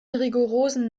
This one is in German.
rigorosen